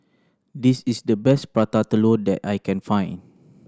this is the best Prata Telur that I can find